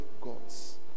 gods